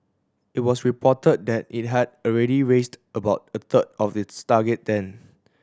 it was reported that it had already raised about a third of its target then